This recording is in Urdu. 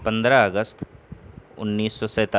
پندرہ اگست انیس سو